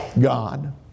God